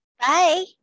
Bye